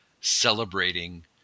celebrating